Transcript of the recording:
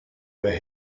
where